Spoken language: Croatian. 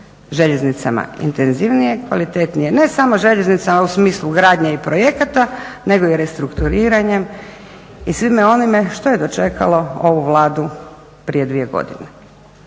željeznicama intenzivnije i kvalitetnije, ne samo željeznicama u smislu gradnje i projekata, nego i restrukturiranjem i svime onime što je dočekalo ovu Vladu prije 2 godine.